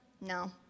no